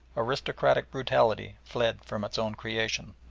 aristocratic brutality fled from its own creation.